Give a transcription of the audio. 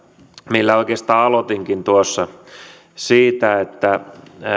millä oikeastaan aloitinkin tuossa että